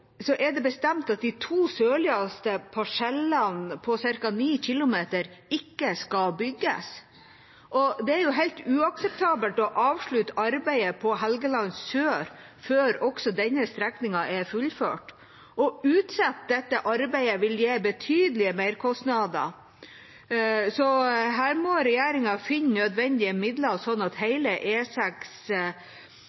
er det bestemt at de to sørligste parsellene på ca. 9 km ikke skal bygges, og det er helt uakseptabelt å avslutte arbeidet på Helgeland sør før også denne strekningen er fullført. Å utsette dette arbeidet vil gi betydelige merkostnader, så her må regjeringa finne nødvendige midler, slik at